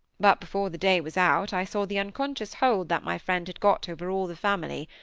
but before the day was out, i saw the unconscious hold that my friend had got over all the family.